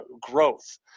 growth